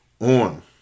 on